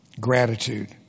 Gratitude